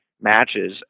matches